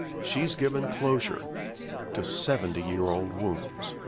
she's given closure to seventy year old wounds.